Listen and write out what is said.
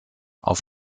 auf